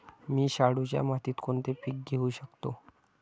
मी शाडूच्या मातीत कोणते पीक घेवू शकतो?